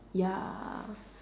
ya